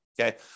Okay